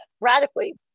radically